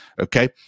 Okay